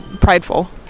prideful